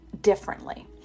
differently